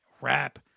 rap